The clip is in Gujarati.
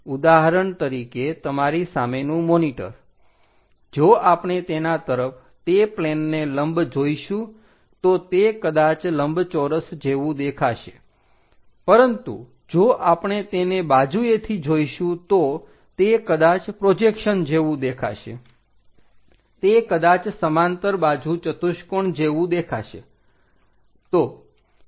ઉદાહરણ તરીકે તમારી સામેનું મોનિટર જો આપણે તેના તરફ તે પ્લેનને લંબ જોઈશું તો તે કદાચ લંબચોરસ જેવું દેખાશે પરંતુ જો આપણે તેને બાજુએથી જોઈશું તો તે કદાચ પ્રોજેક્શન જેવું દેખાશે તે કદાચ સમાંતર બાજુ ચતુષ્કોણ જેવું દેખાશે